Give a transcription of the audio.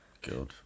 Good